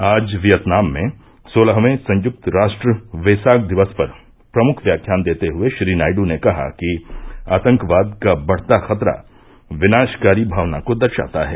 आज वियतनाम में सोलहवें संयुक्त राष्ट्र वेसाक दिवस पर प्रमुख व्याख्यान देते हुए श्री नायडू ने कहा कि आतंकवाद का बढ़ता खतरा विनाशकारी भावना को दर्शाता है